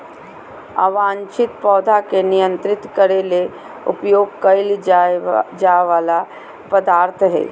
अवांछित पौधा के नियंत्रित करे ले उपयोग कइल जा वला पदार्थ हइ